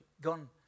gone